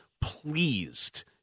pleased